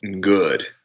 good